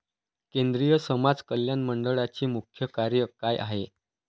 केंद्रिय समाज कल्याण मंडळाचे मुख्य कार्य काय आहे?